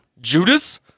Judas